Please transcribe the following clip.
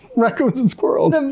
raccoons and squirrels.